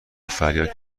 فریاد